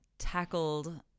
Tackled